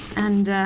and,